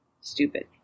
stupid